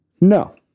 No